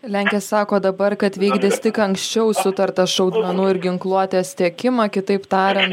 lenkija sako dabar kad vykdys tik anksčiau sutartą šaudmenų ir ginkluotės tiekimą kitaip tarian